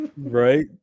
Right